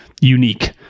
unique